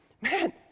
Man